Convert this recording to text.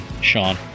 Sean